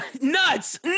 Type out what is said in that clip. nuts